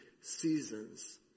seasons